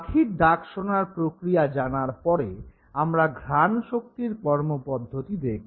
পাখির ডাক শোনার প্রক্রিয়া জানার পরে আমরা ঘ্রাণশক্তির কর্মপদ্ধতি দেখব